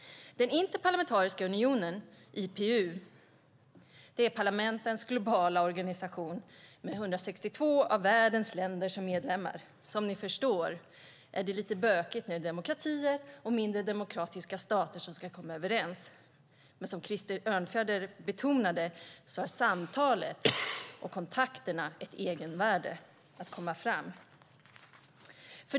Interparlamentariska unionen, IPU, är parlamentens globala organisation med 162 av världens länder som medlemmar. Som ni förstår är det lite bökigt när det är demokratier och mindre demokratiska stater som ska komma överens. Som Krister Örnfjäder betonade har samtalet och kontakterna ett egenvärde.